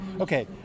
Okay